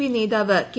P നേതാവ് K